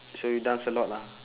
so you dance a lot ah